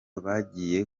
bagiye